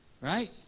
Right